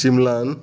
चिंबलान